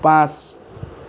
পাঁচ